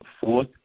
Fourth